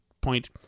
point